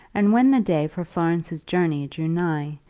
and when the day for florence's journey drew nigh,